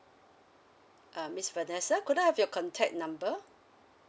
uh miss vanessa could I have your contact number